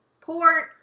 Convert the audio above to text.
port